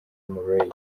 murray